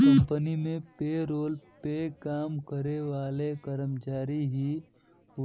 company में payroll पे काम करे वाले कर्मचारी ही